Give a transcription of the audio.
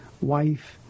wife